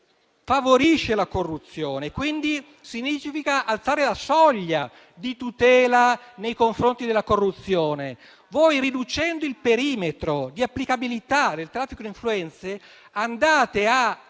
favorisce la corruzione, quindi alzare la soglia di tutela nei confronti della corruzione. Voi, riducendo il perimetro di applicabilità del traffico di influenze, allentate